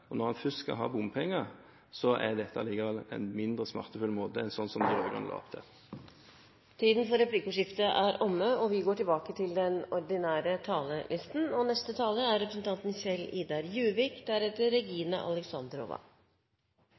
Og når en først skal ha bompenger, er dette allikevel en mindre smertefull måte enn sånn som de rød-grønne la opp til. Flere har ikke bedt om ordet til replikk. Endelig kom Harstadpakken. Vi har etterlyst den